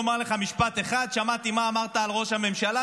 לומר לך משפט אחד: שמעתי מה שאמרת על ראש הממשלה,